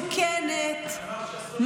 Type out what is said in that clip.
מסוכנת,